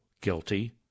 guilty